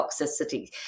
toxicity